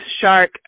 shark